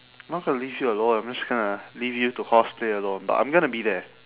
I'm not gonna leave you alone I'm just gonna leave you to cosplay alone but I'm gonna be there